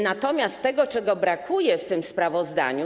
Natomiast czego brakuje w tym sprawozdaniu?